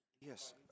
Yes